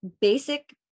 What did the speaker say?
basic